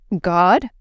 God